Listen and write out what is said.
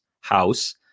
house